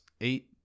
eight